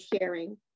sharing